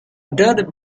dirt